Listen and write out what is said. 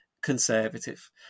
Conservative